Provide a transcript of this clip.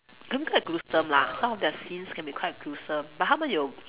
can be quite gruesome lah some of their scenes can be quite gruesome but 他们有